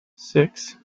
six